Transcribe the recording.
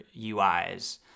UIs